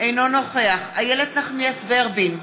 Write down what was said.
אינו נוכח איילת נחמיאס ורבין,